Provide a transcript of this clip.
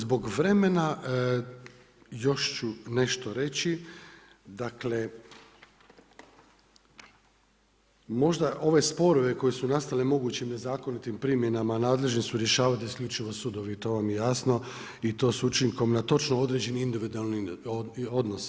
Zbog vremena još će nešto reći, dakle, možda ove sporove koji su nastali mogućim zakonitim primjenama, nadležni su rješavati isključivo sudovi, to vam je jasno i to s učinkom na točno određeni individualni odnos.